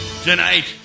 Tonight